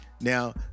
Now